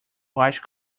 watch